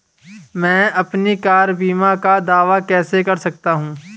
मैं अपनी कार बीमा का दावा कैसे कर सकता हूं?